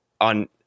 on